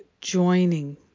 Joining